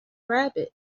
rabbits